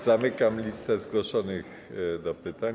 Zamykam listę zgłoszonych do pytań.